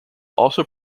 also